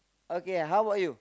okay how about you